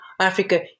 Africa